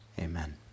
Amen